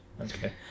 Okay